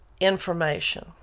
information